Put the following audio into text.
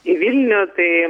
į vilnių tai